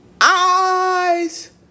eyes